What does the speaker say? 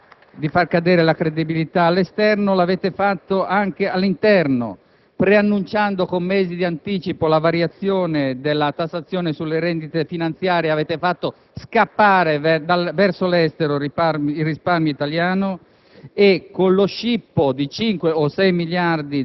accontentati di far cadere la credibilità all'esterno, l'avete fatto anche all'interno: preannunciando con mesi di anticipo la variazione della tassazione sulle rendite finanziarie, avete fatto scappare verso l'estero il risparmio italiano;